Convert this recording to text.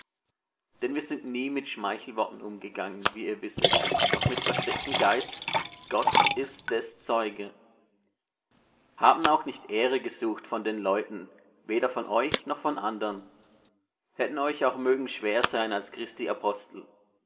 denn wir sind nie mit schmeichelworten umgegangen wie ihr wisset noch mit verstecktem geiz gott ist des zeuge haben auch nicht ehre gesucht von den leuten weder von euch noch von andern hätten euch auch mögen schwer sein als christi apostel